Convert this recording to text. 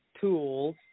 tools